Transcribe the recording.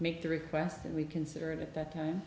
make the request and we consider it at that time